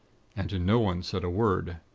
and no one said a word.